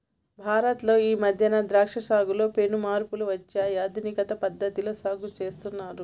భారత్ లో ఈ మధ్యన ద్రాక్ష సాగులో పెను మార్పులు వచ్చాయి ఆధునిక పద్ధతిలో సాగు చేస్తున్నారు